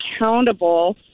accountable